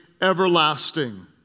everlasting